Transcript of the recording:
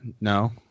no